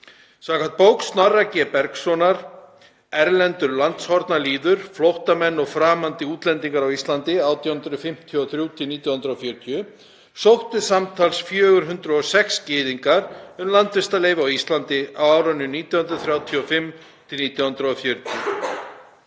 Samkvæmt bók Snorra G. Bergssonar, Erlendur landshornalýður, flóttamenn og framandi útlendingar á Íslandi 1853–1940, sóttu samtals 406 gyðingar um landvistarleyfi á Íslandi á árunum 1935–1940.